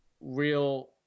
real